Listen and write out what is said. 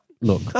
look